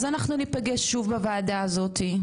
אז אנחנו נפגש שוב בוועדה הזאתי,